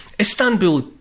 Istanbul